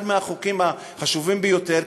אחד מהחוקים החשובים ביותר,